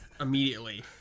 immediately